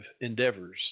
endeavors